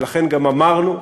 ולכן גם אמרנו: